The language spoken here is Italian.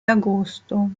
agosto